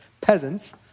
peasants